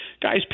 Guys